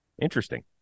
interesting